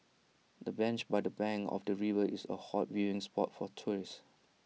the bench by the bank of the river is A hot viewing spot for tourists